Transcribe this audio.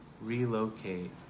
relocate